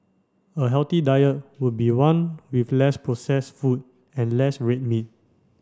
a healthy diet would be one with less processed food and less red meat